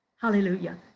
Hallelujah